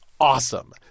awesome